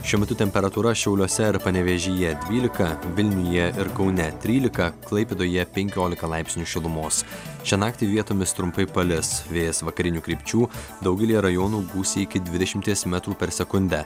šiuo metu temperatūra šiauliuose ir panevėžyje dvylika vilniuje ir kaune trylika klaipėdoje penkiolika laipsnių šilumos šią naktį vietomis trumpai palis vėjas vakarinių krypčių daugelyje rajonų gūsiai iki dvidešimties metrų per sekundę